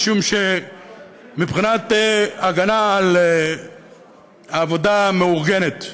משום שמבחינת ההגנה על העבודה המאורגנת,